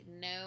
no